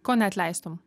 ko neatleistum